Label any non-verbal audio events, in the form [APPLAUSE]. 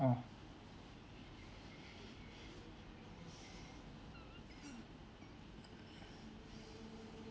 oh [BREATH]